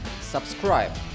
Subscribe